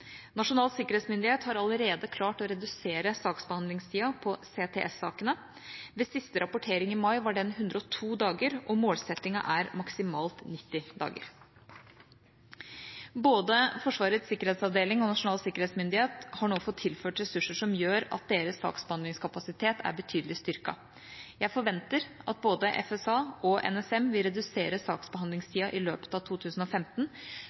Nasjonal sikkerhetsmyndighet har allerede klart å redusere saksbehandlingstida på CTS-sakene. Ved siste rapportering i mai var den på 102 dager, og målsettinga er maksimalt 90 dager. Både Forsvarets sikkerhetsavdeling og Nasjonal sikkerhetsmyndighet har nå fått tilført ressurser som gjør at deres saksbehandlingskapasitet er betydelig styrket. Jeg forventer at både FSA og NSM vil redusere saksbehandlingstida i løpet av 2015,